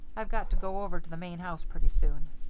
i've got to go over to the main house pretty soon.